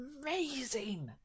amazing